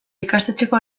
ikastetxeko